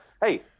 Hey